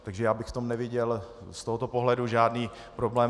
Takže já bych v tom neviděl z tohoto pohledu žádný problém.